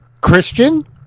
Christian